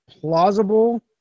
plausible